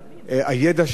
הידע שלו,